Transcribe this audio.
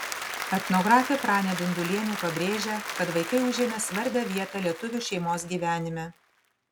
etnografė pranė dundulienė pabrėžia kad vaikai užėmė svarbią vietą lietuvių šeimos gyvenime